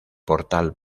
portal